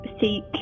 seek